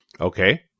Okay